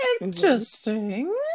Interesting